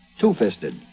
two-fisted